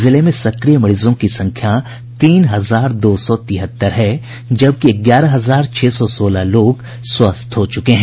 जिले में सक्रिय मरीजों की संख्या तीन हजार दो सौ तिहत्तर है जबकि ग्यारह हजार छह सौ सोलह लोग स्वस्थ हो चुके हैं